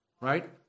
right